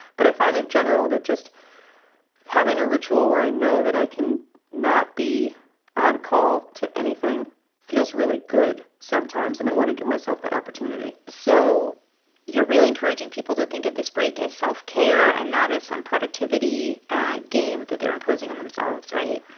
but i find, in general, that just having a ritual where i know that i can not be on call to anything feels really good sometimes. and want to give myself that opportunity so you're really encouraging people to think of this break as self-care and not as some productivity ah game that they're imposing on themselves, right?